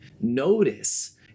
notice